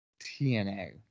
TNA